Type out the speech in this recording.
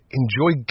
enjoy